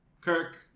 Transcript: Kirk